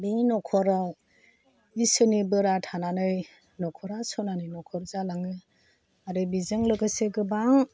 बेनि नखराव इसोरनि बोरा थानानै नखरा सनानि नखर जालाङो आरो बिजों लोगोसे गोबां